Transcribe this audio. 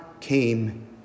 came